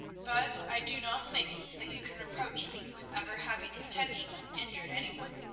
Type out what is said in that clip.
but i do not think that you can reproach me with ever having intentionally injured any one.